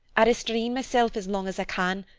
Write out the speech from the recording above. i restrain myself as long as i can,